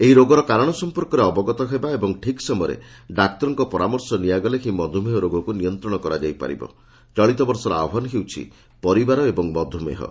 ଏହି ରୋଗର କାରଣ ସଂପର୍କରେ ଅବଗତ ହେବା ଏବଂ ଠିକ୍ ସମୟରେ ଡାକ୍ତରଙ୍କ ପରାମର୍ଶ ନିଆଗଲେ ହି ମଧୁମେହ ରୋଗକୁ ନିୟନ୍ବଣ କରାଯାଇ ପାରିବ ଚଳିତବର୍ଷର ଆହ୍ବାନ ହେଉଛି 'ପରିବାର ଏବଂ ମଧୁମେହ'